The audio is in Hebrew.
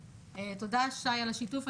תודה, שי, על השיתוף.